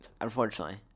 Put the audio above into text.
Unfortunately